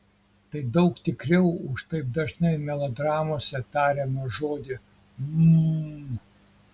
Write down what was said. tai daug tikriau už taip dažnai melodramose tariamą žodį m